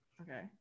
okay